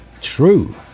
True